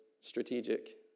strategic